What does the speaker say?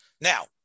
now